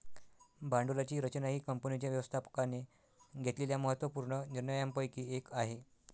भांडवलाची रचना ही कंपनीच्या व्यवस्थापकाने घेतलेल्या महत्त्व पूर्ण निर्णयांपैकी एक आहे